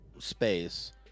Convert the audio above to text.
space